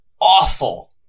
awful